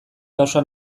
kausa